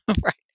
Right